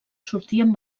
sortien